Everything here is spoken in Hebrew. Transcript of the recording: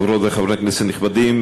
חברות וחברי כנסת נכבדים,